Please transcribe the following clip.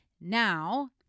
Now